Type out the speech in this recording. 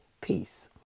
Peace